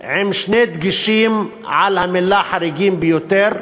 עם שני דגשים על המילים "חריגים ביותר",